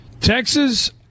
Texas